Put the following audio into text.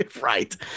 Right